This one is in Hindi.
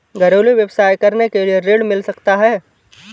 घरेलू व्यवसाय करने के लिए ऋण मिल सकता है?